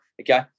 okay